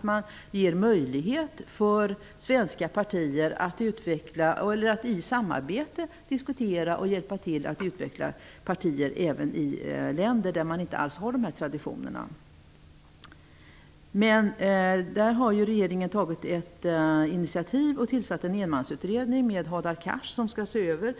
Man ger möjlighet för svenska partier att i samarbete diskutera och hjälpa till att utveckla partier även i länder där man inte alls har de här traditionerna. Regeringen har tagit ett initiativ och tillsatt en enmansutredning med Hadar Cars, som skall se över